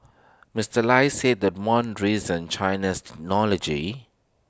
Mister lei said that one reason China's technology